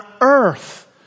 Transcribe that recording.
earth